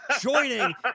joining